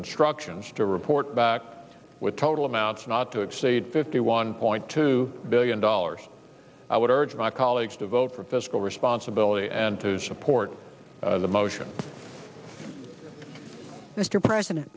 instructions to report back with total amounts not to exceed fifty one point two billion dollars i would urge my colleagues to vote for fiscal responsibility and to support the motion mr president